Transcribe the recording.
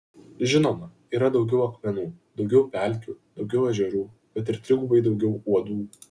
žinoma yra daugiau akmenų daugiau pelkių daugiau ežerų bet ir trigubai daugiau uodų